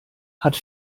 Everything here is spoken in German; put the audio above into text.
hat